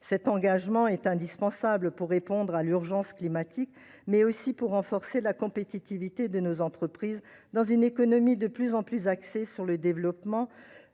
Cet engagement est indispensable, non seulement pour répondre à l’urgence climatique, mais aussi pour renforcer la compétitivité de nos entreprises dans une économie de plus en plus axée sur le développement